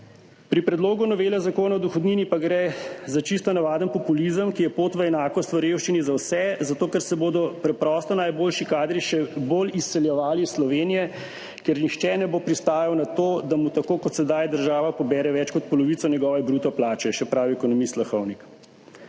Pri predlogu novele zakona o dohodnini pa gre za čisto navaden populizem, ki je pot v enakost v revščini za vse, zato, ker se bodo preprosto najboljši kadri še bolj izseljevali iz Slovenije, ker nihče ne bo pristajal na to, da mu tako kot sedaj država pobere več kot polovico njegove bruto plače, še pravi ekonomist Lahovnik.